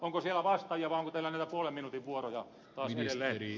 onko siellä vastaajia vai onko teillä näitä puolen minuutin vuoroja taas edelleen